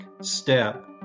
step